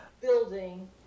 building